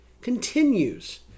continues